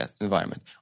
environment